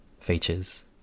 features